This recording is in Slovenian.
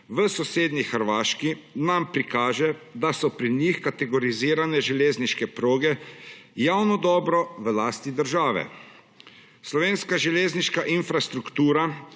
v sosednji Hrvaški, nam prikaže, da so pri njih kategorizirane železniške proge javno dobro v lasti države. Slovenska železniška infrastruktura